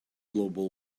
global